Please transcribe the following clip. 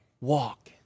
walk